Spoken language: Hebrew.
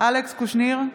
אלכס קושניר,